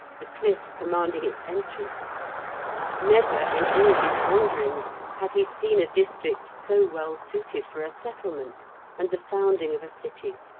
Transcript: the cliff commanding its entrance never, in all his wanderings, had he seen a district so well suited for a settlement and the founding of a city.